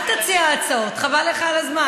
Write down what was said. אל תציע הצעות, חבל לך על הזמן.